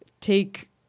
take